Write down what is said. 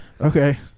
Okay